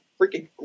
freaking